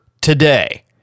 today